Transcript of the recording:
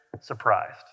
surprised